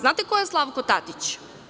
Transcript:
Znate ko je Slavko Tatić?